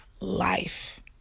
life